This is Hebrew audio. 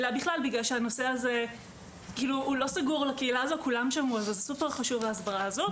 הנושא הזה לא סגור לקהילה זו, ההסברה לכולם חשובה.